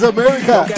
America